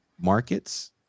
markets